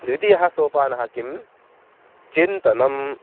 द्वितीयः सोपानः किं चिन्तनम्